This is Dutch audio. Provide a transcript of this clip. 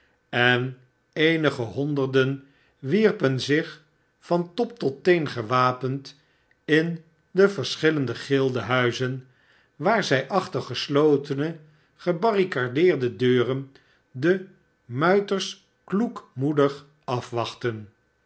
en eenige honderden wierpen zich van top tot teen gewapend in de verschillende gildehuizen waar zij achter geslotene gebarricadeerde deuren de muiters kloekmoedig afwachtten